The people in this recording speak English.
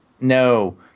No